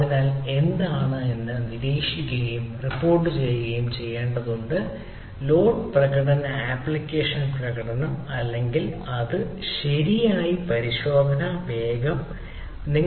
അതിനാൽ എന്താണ് നിരീക്ഷിക്കുകയും റിപ്പോർട്ടുചെയ്യുകയും ചെയ്യേണ്ടത് ലോഡ് പ്രകടന ആപ്ലിക്കേഷൻ പ്രകടനം അല്ലെങ്കിൽ എന്താണ് ശരിയായി അളക്കേണ്ടത്